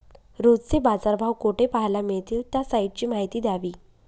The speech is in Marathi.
रोजचे बाजारभाव कोठे पहायला मिळतील? त्या साईटची माहिती द्यावी